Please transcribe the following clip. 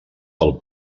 pel